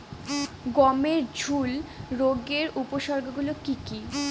গমের ঝুল রোগের উপসর্গগুলি কী কী?